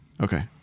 Okay